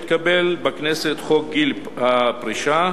התקבל בכנסת חוק גיל פרישה,